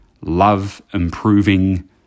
love-improving